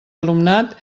alumnat